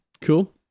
Cool